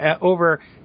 over